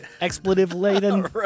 expletive-laden